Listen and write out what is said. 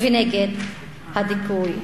ונגד הדיכוי.